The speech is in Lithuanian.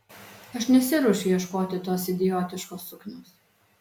aš nesiruošiu ieškoti tos idiotiškos suknios